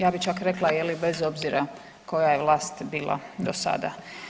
Ja bi čak rekla bez obzira koja je vlast bila do sada.